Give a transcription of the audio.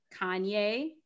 Kanye